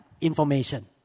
information